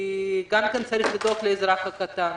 צריך גם לדאוג לאזרח הקטן.